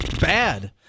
Bad